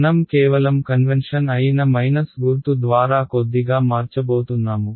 మనం కేవలం కన్వెన్షన్ అయిన మైనస్ గుర్తు ద్వారా కొద్దిగా మార్చబోతున్నాము